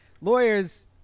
lawyers